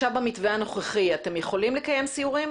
עכשיו במתווה הנוכחי אתם יכולים לקיים סיורים?